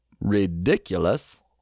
ridiculous